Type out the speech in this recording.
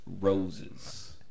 roses